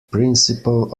principle